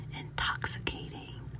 intoxicating